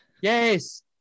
Yes